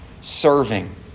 serving